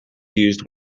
used